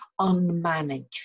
unmanaged